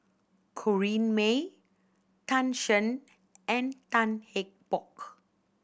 Corrinne May Tan Shen and Tan Eng Bock